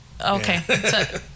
okay